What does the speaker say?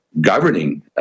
governing